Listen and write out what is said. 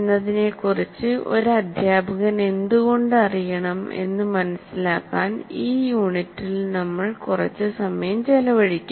എന്നതിനെക്കുറിച്ച് ഒരു അധ്യാപകൻ എന്തുകൊണ്ട് അറിയണം എന്ന് മനസിലാക്കാൻ ഈ യൂണിറ്റിൽ നമ്മൾ കുറച്ച് സമയം ചെലവഴിക്കും